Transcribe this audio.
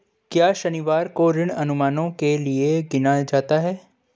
क्या शनिवार को ऋण अनुमानों के लिए गिना जाता है?